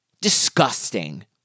Disgusting